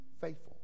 faithful